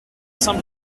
saint